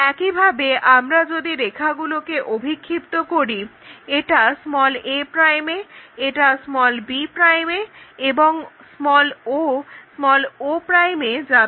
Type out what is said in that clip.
একইভাবে আমরা যদি রেখাগুলোকে অভিক্ষিপ্ত করি এটা a এ এটা b এ এবং o o এ যাবে